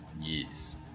yes